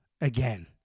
again